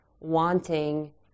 wanting